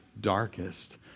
darkest